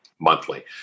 monthly